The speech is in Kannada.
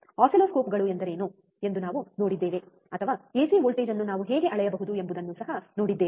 ಆಸಿಲ್ಲೋಸ್ಕೋಪ್ಗಳು ಎಂದರೇನು ಎಂದು ನಾವು ನೋಡಿದ್ದೇವೆ ಅಥವಾ ಎಸಿ ವೋಲ್ಟೇಜ್ ಅನ್ನು ನಾವು ಹೇಗೆ ಅಳೆಯಬಹುದು ಎಂಬುದನ್ನು ಸಹ ನೋಡಿದ್ದೇವೆ